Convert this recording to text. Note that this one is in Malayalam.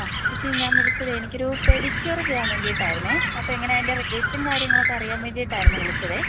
ചേച്ചി ഞാൻ വിളിച്ചതേ എനിക്കൊരു പെഡിക്യൂറ് ചെയ്യാൻ വേണ്ടിയിട്ടായിരുന്നേ അപ്പം എങ്ങനെയാണ് അതിൻ്റെ റേറ്റും കാര്യങ്ങളൊക്കെ അറിയാൻ വേണ്ടിയിട്ടായിരുന്നേ വിളിച്ചതേ